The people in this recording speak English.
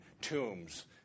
tombs